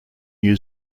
new